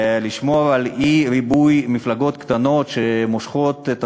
לשמור על אי-ריבוי מפלגות קטנות שמושכות את